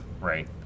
Right